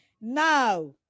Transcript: now